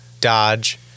dodge